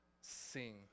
sing